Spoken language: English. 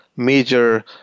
Major